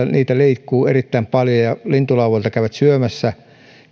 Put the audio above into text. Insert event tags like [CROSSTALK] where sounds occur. [UNINTELLIGIBLE] niitä liikkuu erittäin paljon ja ne käyvät syömässä